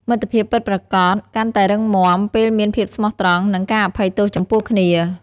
មិត្តភាពពិតប្រាកដកាន់តែរឹងមាំ ពេលមានភាពស្មោះត្រង់ និងការអភ័យទោសចំពោះគ្នា។